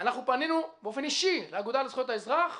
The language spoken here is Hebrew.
פנינו באופן אישי לאגודה לזכויות האזרח,